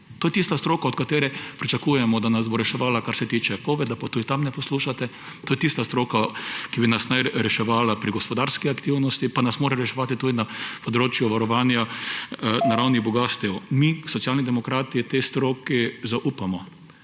To je tista stoka, od katere pričakujemo, da nas bo reševala, kar se tiče covida, pa tudi tam ne poslušate, to je tista stroka, ki bi nas naj reševala pri gospodarski aktivnosti, pa nas mora reševati tudi na področju varovanja naravnih bogastev. Mi, Socialni demokrati tej stroki zaupamo.